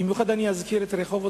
במיוחד אני אזכיר את רחובות,